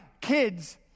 kids